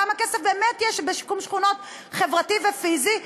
כמה כסף באמת יש בשיקום שכונות חברתי ופיזי,